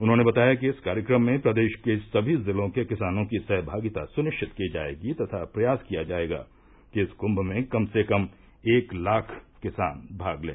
उन्होंने बताया कि इस कार्यक्रम में प्रदेश के समी जिलों के किसानों की सहमागिता सुनिश्चित की जाएगी तथा प्रयास किया जाएगा कि इस क्म्भ में कम से कम एक लाख किसान भाग लें